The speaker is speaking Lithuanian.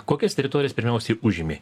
kokias teritorijas pirmiausiai užėmė